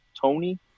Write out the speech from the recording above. Tony